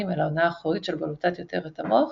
אל האונה האחורית של בלוטת יותרת המוח,